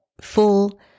full